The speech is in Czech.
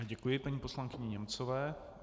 Děkuji paní poslankyni Němcové.